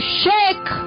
shake